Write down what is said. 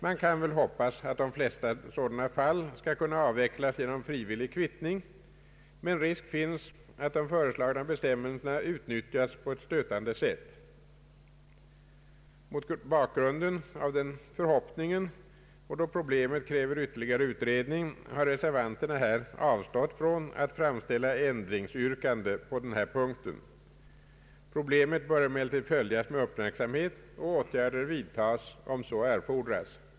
Man kan väl hoppas att de flesta fall av detta slag skall kunna avvecklas genom frivillig kvittning, men risk finns att de föreslagna bestämmelserna utnyttjas på ett stötande sätt. Mot bakgrunden av denna förhoppning och då problemet kräver ytterligare utredning har reservanterna avstått från att framställa ändringsyrkande på denna punkt. Problemet bör emellertid följas med uppmärksamhet och åtgärder vidtas, om så erfordras.